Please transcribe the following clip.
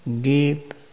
deep